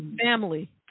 family